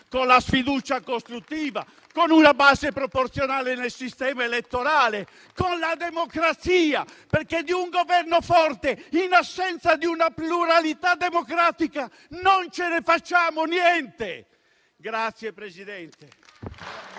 con la sfiducia costruttiva, con una base proporzionale nel sistema elettorale, con la democrazia, perché di un Governo forte, in assenza di una pluralità democratica, non ce ne facciamo niente!